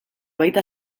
baita